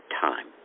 time